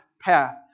path